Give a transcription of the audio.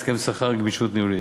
הסכם שכר וגמישות ניהולית,